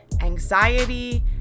anxiety